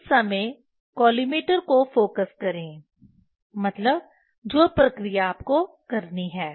उस समय कॉलिमेटर को फोकस करें मतलब जो प्रक्रिया आपको करनी है